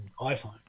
iPhone